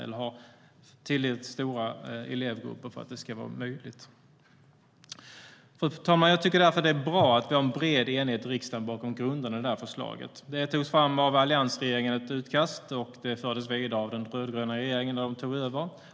Skolan kanske inte heller har tillräckligt stora elevgrupper för att det ska var möjligt. Fru talman! Jag tycker därför att det är bra att vi har bred enighet i riksdagen bakom grunderna i förslaget. Det togs fram ett utkast av alliansregeringen, och det fördes vidare av den rödgröna regeringen när den tog över.